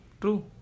True